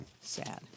Sad